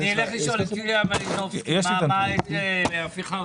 אני אלך לשאול את יוליה מלינובסקי איזה הפיכה עושים.